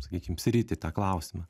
sakykim sritį tą klausimą